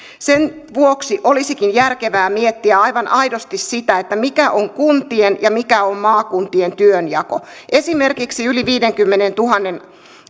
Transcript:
sen vuoksi olisikin järkevää miettiä aivan aidosti sitä mikä on kuntien ja mikä on maakuntien työnjako esimerkiksi yli viiteenkymmeneentuhanteen